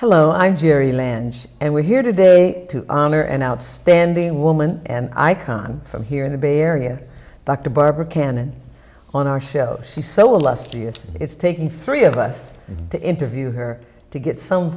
hello i'm gerri lynch and we're here today to honor an outstanding woman and icon from here in the bay area dr barbara cannon on our show she's so lusty it's taking three of us to interview her to get some